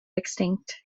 extinct